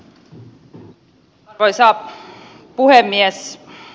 arvoisa puhemies